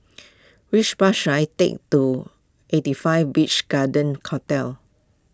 which bus should I take to eighty five Beach Garden Hotel